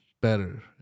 better